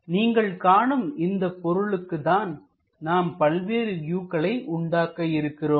நீங்கள் காணும் இந்த பொருளுக்கு தான் நாம் பல்வேறு வியூக்களை உண்டாக்க இருக்கிறோம்